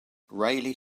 raleigh